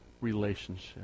relationship